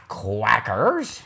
quackers